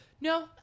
No